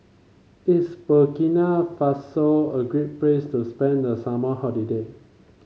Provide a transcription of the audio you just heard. is Burkina Faso a great place to spend the summer holiday